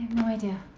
no idea.